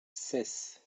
ses